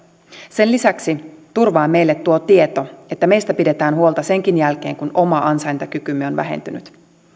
sen lisäksi turvaa meille tuo tieto että meistä pidetään huolta senkin jälkeen kun oma ansaintakykymme on vähentynyt